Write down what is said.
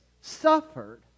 suffered